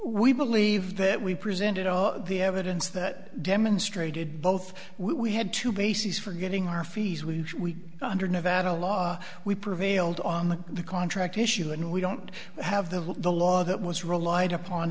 we believe that we presented all the evidence that demonstrated both we had two bases for getting our fees which we were under nevada law we prevailed on the contract issue and we don't have the law that was relied upon